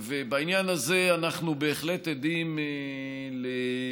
בעניין הזה אנחנו בהחלט עדים לייחודיות